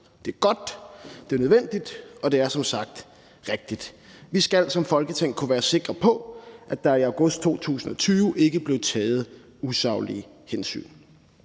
Det er godt, det er nødvendigt, og det er som sagt rigtigt. Vi skal som Folketing kunne være sikre på, at der i august 2020 ikke blev taget usaglige hensyn.